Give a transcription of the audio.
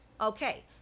okay